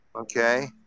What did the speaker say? Okay